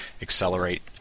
accelerate